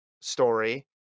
story